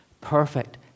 perfect